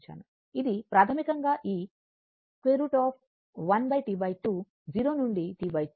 ఇది ప్రాథమికంగా ఈ √1T2 0 నుండి T 2 i 2 d t యొక్క సమాకలనం